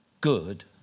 good